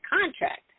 contract